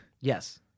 Yes